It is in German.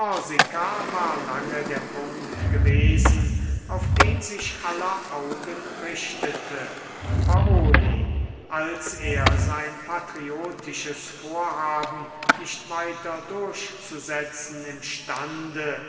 war lange der punkt gewesen auf den sich aller augen richteten paoli als er sein patriotisches vorhaben nicht weiter durchzusetzen imstande